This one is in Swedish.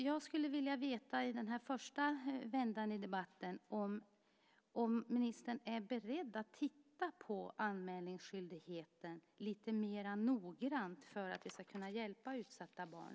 Jag skulle i den här första vändan i debatten vilja veta om ministern är beredd att titta på anmälningsskyldigheten lite mera noggrant för att vi ska kunna hjälpa utsatta barn.